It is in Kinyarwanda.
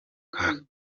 kaga